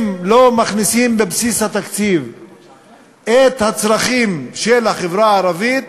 אם לא מכניסים בבסיס התקציב את הצרכים של החברה הערבית,